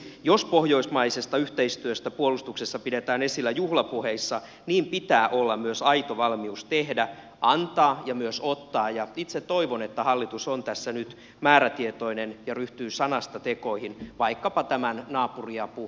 jos pohjoismaista yhteistyötä puolustuksessa pidetään esillä juhlapuheissa niin pitää olla myös aito valmius tehdä antaa ja myös ottaa ja itse toivon että hallitus on tässä nyt määrätietoinen ja ryhtyy sanoista tekoihin vaikkapa tämän naapuriapulainkohdan korjaamiseksi